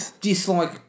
dislike